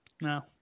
No